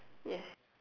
yes